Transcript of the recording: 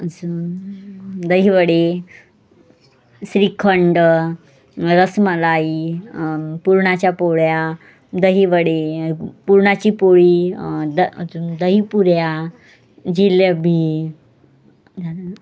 अजून दहीवडे श्रीखंड रसमलाई पुरणाच्या पोळ्या दहीवडे पुरणाची पोळी द अजून दही पुऱ्या जिलेबी झालं ना